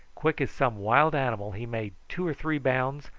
quick as some wild animal, he made two or three bounds,